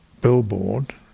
billboard